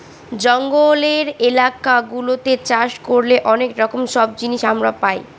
জঙ্গলের এলাকা গুলাতে চাষ করলে অনেক রকম সব জিনিস আমরা পাই